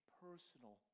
personal